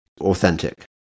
authentic